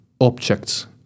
objects